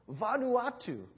Vanuatu